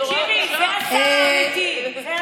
תקשיבי, זה השר האמיתי.